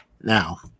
Now